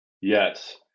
Yes